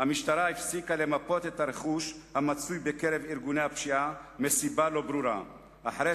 המשטרה הפסיקה למפות את הרכוש של ארגוני הפשיעה מסיבה לא ברורה אחרי